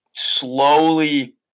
slowly